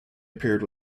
appeared